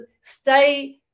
stay